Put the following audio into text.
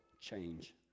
change